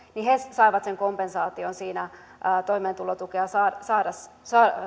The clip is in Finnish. saivat sen kompensaation siinä toimeentulotukea saadessaan